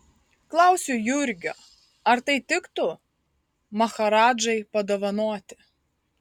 klausiu jurgio ar tai tiktų maharadžai padovanoti